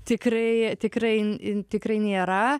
tikrai tikrai tikrai nėra